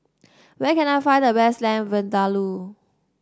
where can I find the best Lamb Vindaloo